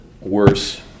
worse